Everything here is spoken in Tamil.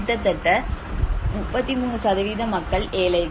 கிட்டத்தட்ட 33 சதவீதம் மக்கள் ஏழைகள்